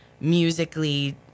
musically